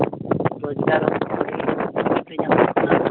ᱨᱳᱡᱽᱜᱟᱨ ᱠᱚ